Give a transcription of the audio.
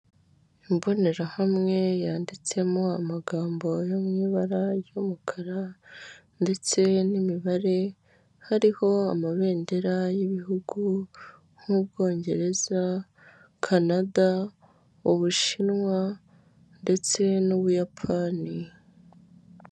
Imbonerahamwe yanditsemo amagambo yo mu ibara ry'umukara ndetse n'imibare, hariho amabendera y'ibihugu nk'Ubwongereza, Kanada, Ubushinwa ndetse n'Ubuyapani.